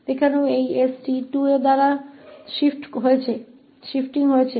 यहाँ भी यह s 2 से स्थानांतरित हो गया है